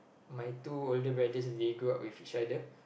my two older brothers they grow up with each other